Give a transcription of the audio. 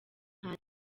nta